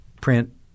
print